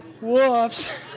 Whoops